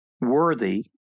worthy